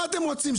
מה אתם רוצים,